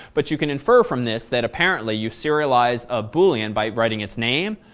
but you can infer from this that apparently you serialize a boolean by writing its name,